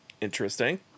Interesting